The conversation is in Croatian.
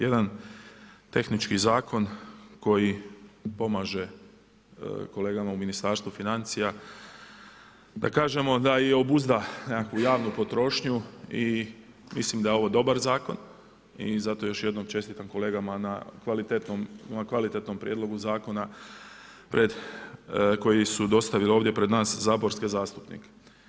Jedan tehnički zakon koji pomaže kolegama u Ministarstvu financija, da kažemo da i obuzda nekakvu javnu potrošnju i mislim da je ovo dobar zakon i zato još jednom čestitam kolegama na kvalitetnom prijedlogu Zakona koji su dostavili ovdje pred nas saborske zastupnike.